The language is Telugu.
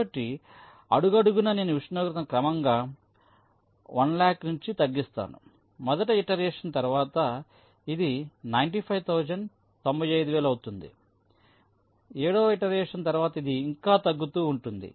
కాబట్టి అడుగడుగునా నేను ఈ ఉష్ణోగ్రతను క్రమంగా 100000 నుంచి తగ్గిస్తాను మొదటి ఇటరేషన్ తరువాత అది 95000 అవుతుంది 7 ఇటరేషన్ తరువాత అది ఇంకా తక్కువగా ఉంటుంది